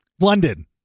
london